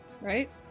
right